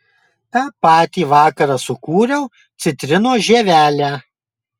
tą patį vakarą sukūriau citrinos žievelę